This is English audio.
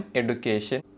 education